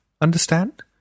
understand